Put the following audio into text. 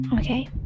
Okay